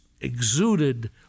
exuded